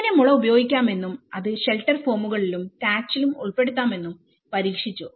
എങ്ങനെ മുള ഉപയോഗിക്കാമെന്നും അത് ഷെൽട്ടർ ഫോമുകളിലും താച്ചിലും ഉൾപ്പെടുത്താമെന്നും പരീക്ഷിച്ചു